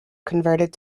converted